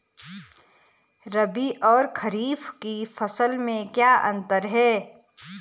रबी और खरीफ की फसल में क्या अंतर है?